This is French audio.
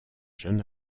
jeune